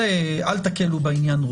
אל תקלו ראש בעניין.